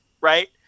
right